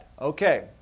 Okay